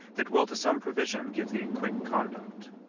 that will to some provision give thee quick conduct.